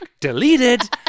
deleted